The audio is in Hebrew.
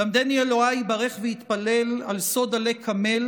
"למדני אלוהיי ברך והתפלל / על סוד עלה קמל